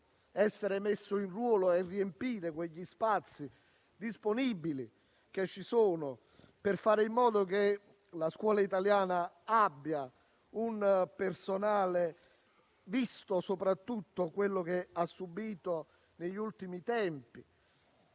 essere immessi in ruolo e a riempire gli spazi disponibili - che ci sono - per fare in modo che la scuola italiana abbia personale adeguato, visto soprattutto quanto ha subito negli ultimi tempi.